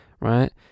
right